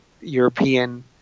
European